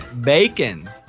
Bacon